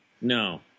No